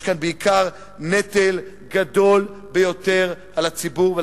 יש כאן בעיקר נטל גדול ביותר על הציבור,